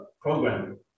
programming